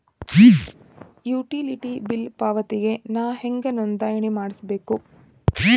Utility bill ಪಾವತಿಗೆ ನಾ ಹೆಂಗ್ ನೋಂದಣಿ ಮಾಡ್ಸಬೇಕು?